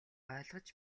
ойлгож